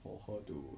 for her to